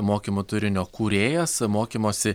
mokymų turinio kūrėjas mokymosi